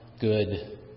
good